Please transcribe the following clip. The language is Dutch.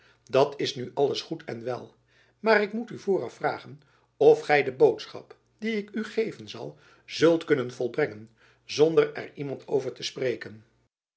dat is nu alles goed en wel maar ik moet u vooraf vragen of gy de boodschap die ik u geven zal zult kunnen volbrengen zonder er iemand over te spreken